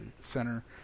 center